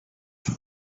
for